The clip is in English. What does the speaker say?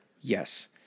Yes